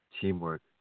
teamwork